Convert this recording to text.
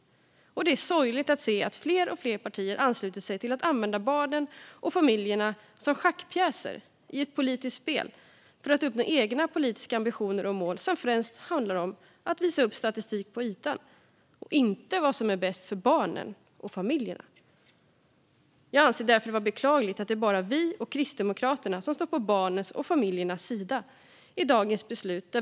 Det är sorgligt att se att fler och fler partier ansluter sig till att använda barnen och familjerna som schackpjäser i ett politiskt spel för att uppnå egna politiska ambitioner och mål. Det handlar främst om att visa upp statistik på ytan. Det handlar inte om vad som är bäst för barnen och för familjerna. Det är beklagligt att det bara är vi och Kristdemokraterna som står på barnens och familjernas sida i detta beslut.